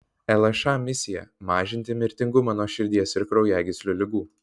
lša misija mažinti mirtingumą nuo širdies ir kraujagyslių ligų